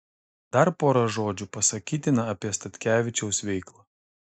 dar pora žodžių pasakytina apie statkevičiaus veiklą